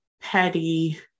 Petty